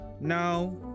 Now